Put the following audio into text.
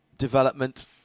development